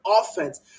offense